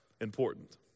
important